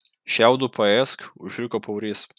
šiaudų paėsk užriko paurys